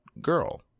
girl